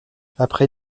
après